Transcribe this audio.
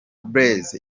blaise